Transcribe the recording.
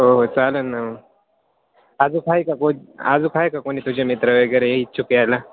हो हो चालेल ना मग अजून आहे का को अजून आहे का कोणी तुझे मित्र वगैरे इच्छुक यायला